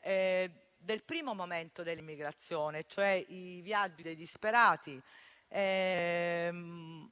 del primo momento dell'immigrazione, cioè i viaggi dei disperati,